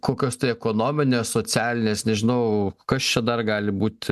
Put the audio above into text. kokios tai ekonominės socialinės nežinau kas čia dar gali būt